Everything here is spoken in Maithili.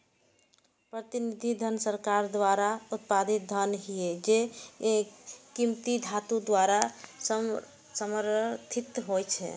प्रतिनिधि धन सरकार द्वारा उत्पादित धन छियै, जे कीमती धातु द्वारा समर्थित होइ छै